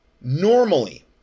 Normally